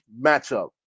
matchup